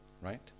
right